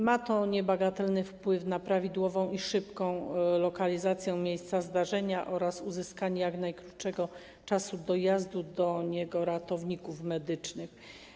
Ma to niebagatelny wpływ na prawidłową i szybką lokalizację miejsca zdarzenia oraz uzyskanie jak najkrótszego czasu dojazdu do niego ratowników medycznych.